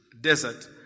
desert